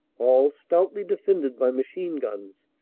all stoutly defended by machine-guns,